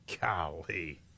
Golly